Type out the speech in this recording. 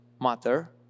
matter